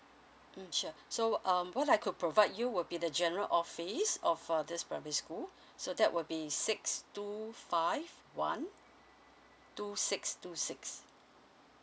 mm sure so um what I could provide you will be the general office or for this primary school so that will be six two five one two six two six